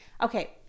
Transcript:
Okay